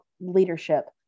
leadership